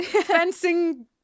fencing